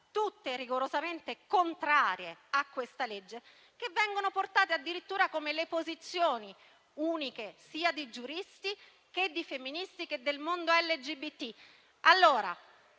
rigorosamente contrarie a questa legge, riportate addirittura come le posizioni uniche, sia dei giuristi che dei femministi che del mondo LGBT.